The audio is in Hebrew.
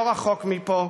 לא רחוק מפה,